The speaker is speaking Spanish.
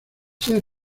ser